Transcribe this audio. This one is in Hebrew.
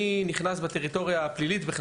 אני אומנם נכנס בטריטוריה הפלילית,